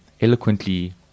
eloquently